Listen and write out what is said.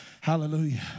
Hallelujah